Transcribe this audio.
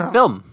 Film